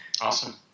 Awesome